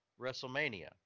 Wrestlemania